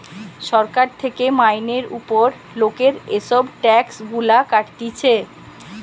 সরকার থেকে মাইনের উপর লোকের এসব ট্যাক্স গুলা কাটতিছে